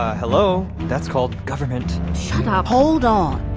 hello? that's called government shut ah up hold on,